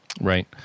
Right